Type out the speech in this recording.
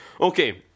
Okay